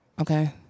Okay